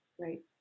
right